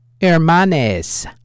Hermanes